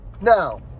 Now